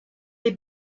les